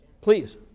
Please